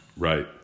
Right